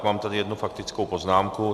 Mám tady jednu faktickou poznámku.